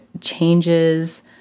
changes